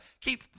keep